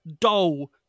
dull